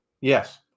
Yes